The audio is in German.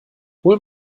hol